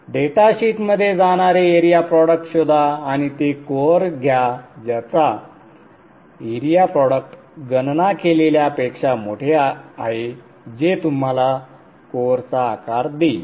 data शीटमध्ये जाणारे area product शोधा आणि ते कोअर घ्या ज्याचा एरिया प्रॉडक्ट गणना केलेल्यापेक्षा मोठे आहे जे तुम्हाला कोअरचा आकार देईल